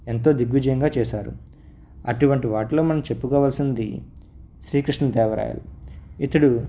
ఎంతో దిగ్విజయంగా చేశారు అటువంటి వాటిలో మనం చెప్పుకోవాల్సింది శ్రీకృష్ణదేవరాయలు ఇతడు